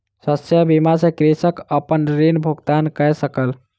शस्य बीमा सॅ कृषक अपन ऋण भुगतान कय सकल